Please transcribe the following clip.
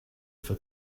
for